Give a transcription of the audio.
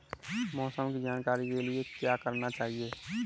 मौसम की जानकारी के लिए क्या करना चाहिए?